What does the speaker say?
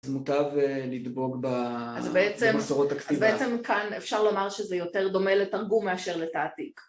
זה מוטב לדבוק במסורות הכתיבה. אז בעצם כאן אפשר לומר שזה יותר דומה לתרגום מאשר לתעתיק.